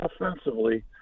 offensively